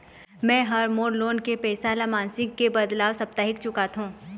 में ह मोर लोन के पैसा ला मासिक के बदला साप्ताहिक चुकाथों